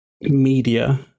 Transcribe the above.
media